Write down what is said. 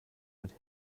mit